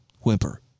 whimper